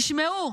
תשמעו,